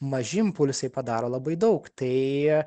maži impulsai padaro labai daug tai